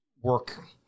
work